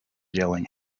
yelling